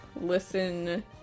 listen